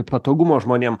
patogumo žmonėm